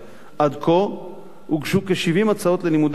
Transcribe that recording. עד כה הוגשו כ-70 הצעות ללימודי העשרה,